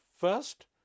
first